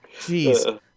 Jeez